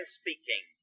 speaking